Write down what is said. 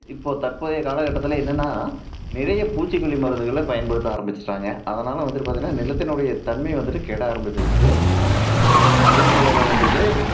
இப்போது தற்போதைய காலகட்டத்தில் என்னென்னா நிறைய பூச்சிக்கொல்லி மருந்துகளை பயன்படுத்த ஆரம்பிச்சுட்டாங்க அதனால் வந்துவிட்டு பார்த்திங்கன்னா நிலத்தினுடைய தன்மை வந்துவிட்டு கெட ஆரம்பிச்சுடுச்சி அதே போல் தான் வந்துட்டு